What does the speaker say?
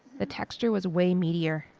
the texture was way meatier,